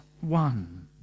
one